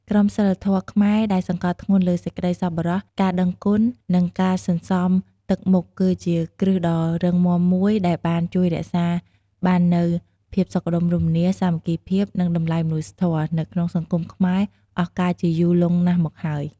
ក្រមសីលធម៌ខ្មែរដែលសង្កត់ធ្ងន់លើ សេចក្តីសប្បុរស ការដឹងគុណ និងការសន្សំទឹកមុខ គឺជាគ្រឹះដ៏រឹងមាំមួយដែលបានជួយរក្សាបាននូវ ភាពសុខដុមរមនា សាមគ្គីភាព និងតម្លៃមនុស្សធម៌ នៅក្នុងសង្គមខ្មែរអស់កាលជាយូរលង់ណាស់មកហើយ។